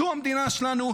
זו המדינה שלנו,